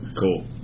Cool